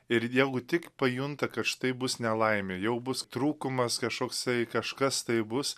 ir jielu tik pajunta kad štai bus nelaimė jau bus trūkumas kažkoksai kažkas tai bus